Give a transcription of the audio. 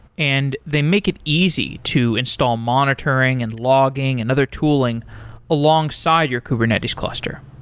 and they make it easy to install monitoring and logging and other tooling alongside your kubernetes cluster.